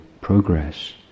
progress